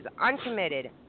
Uncommitted